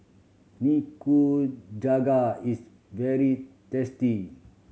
nikujaga is very tasty